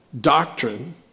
doctrine